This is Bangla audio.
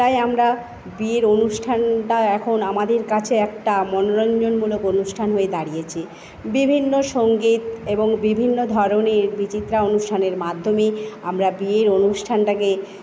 তাই আমরা বিয়ের অনুষ্ঠান বা এখন আমাদের কাছে একটা মনোরঞ্জনমূলক অনুষ্ঠান হয়ে দাঁড়িয়েছে বিভিন্ন সঙ্গীত এবং বিভিন্ন ধরনের বিচিত্রা অনুষ্ঠানের মাধ্যমে আমরা বিয়ের অনুষ্ঠানটাকে